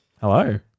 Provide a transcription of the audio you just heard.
hello